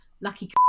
lucky